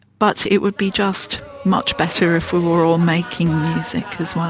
but it would be just much better if we were all making music as well.